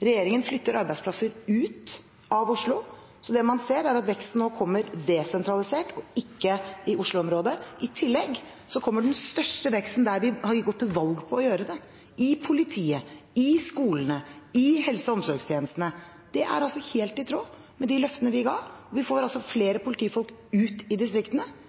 Regjeringen flytter arbeidsplasser ut av Oslo, så det man ser, er at veksten nå kommer desentralisert, og ikke i Oslo-området. I tillegg kommer den største veksten der vi har gått til valg på å gjøre det – i politiet, i skolene, i helse- og omsorgstjenestene. Det er altså helt i tråd med de løftene vi ga. Vi får flere politifolk ut i distriktene.